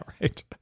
right